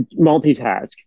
multitask